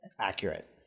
Accurate